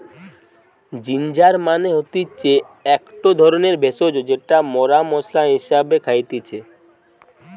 ginger মানে হতিছে একটো ধরণের ভেষজ যেটা মরা মশলা হিসেবে খাইতেছি